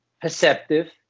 perceptive